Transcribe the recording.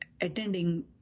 attending